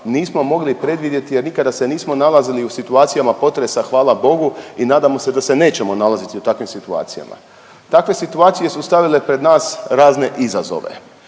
nismo mogli predvidjeti jer nikada se nismo nalazili u situacijama potresa, hvala Bogu i nadamo se da se nećemo nalaziti u takvim situacijama. Takve situacije su stavile pred nas razne izazove,